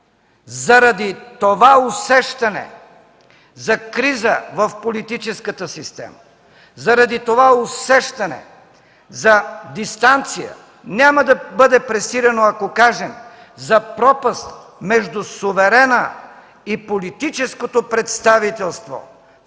заради това усещане за криза в политическата система, заради това усещане за дистанция, няма да бъде пресилено ако кажем – за пропаст между суверена и политическото представителство.